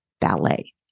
ballet